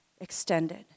extended